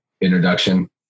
introduction